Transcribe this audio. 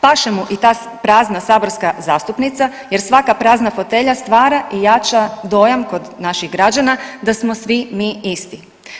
Paše mu i ta prazna saborska zastupnica jer svaka prazna fotelja stvara i jača dojam kod naših građana da smo svi mi isti.